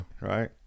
Right